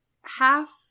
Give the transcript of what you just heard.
half